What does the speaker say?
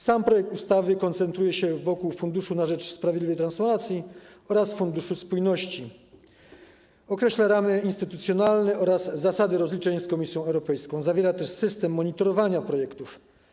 Sam projekt ustawy koncentruje się wokół Funduszu na rzecz Sprawiedliwej Transformacji oraz Funduszu Spójności, określa ramy instytucjonalne oraz zasady rozliczeń z Komisją Europejską, zawiera też system monitorowania projektów.